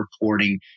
reporting